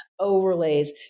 overlays